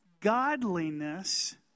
Godliness